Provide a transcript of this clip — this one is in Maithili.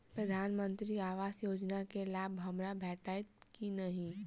प्रधानमंत्री आवास योजना केँ लाभ हमरा भेटतय की नहि?